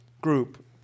group